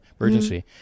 emergency